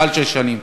מעל שש שנים,